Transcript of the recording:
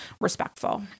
respectful